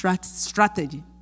strategy